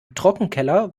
trockenkeller